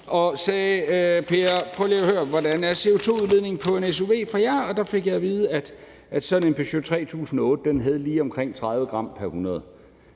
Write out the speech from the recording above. og spurgte: Per, hvordan er CO2-udledningen fra en SUV fra jer? Og der fik jeg at vide, at sådan en Peugeot 3008 udleder lige omkring 30 g – lidt